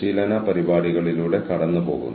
ഈ മാതൃക പേപ്പറിൽ ഞാൻ നിങ്ങൾക്ക് കാണിച്ചുതരാം